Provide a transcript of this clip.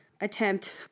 attempt